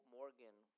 Morgan